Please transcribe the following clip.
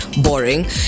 boring